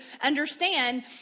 understand